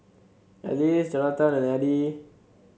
Alyce Jonatan and Eddy